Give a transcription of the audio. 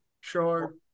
Sure